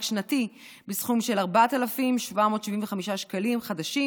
שנתי בסכום של 4,775 שקלים חדשים.